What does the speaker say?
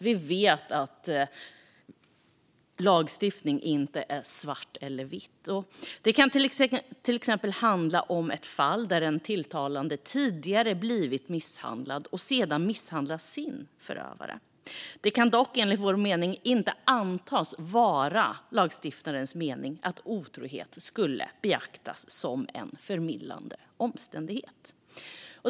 Vi vet ju att lagstiftning inte är svart eller vit. Det kan till exempel handla om ett fall där den tilltalade tidigare blivit misshandlad och sedan misshandlar sin förövare. Det kan dock, enligt vår mening, inte antas vara lagstiftarens mening att otrohet ska kunna beaktas som en förmildrande omständighet.